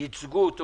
שייצגו אותו,